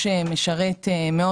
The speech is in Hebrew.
אתה רוצה שנשים את הפיל בחדר?